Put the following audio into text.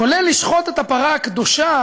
כולל לשחוט את הפרה הקדושה.